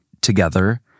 together